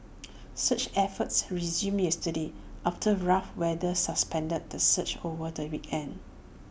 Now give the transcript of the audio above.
search efforts resumed yesterday after rough weather suspended the search over the weekend